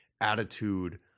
attitude